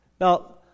Now